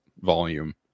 volume